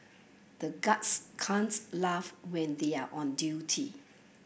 the guards can't laugh when they are on duty